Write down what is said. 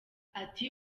ati